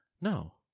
No